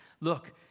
Look